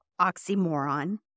oxymoron